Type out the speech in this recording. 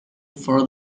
for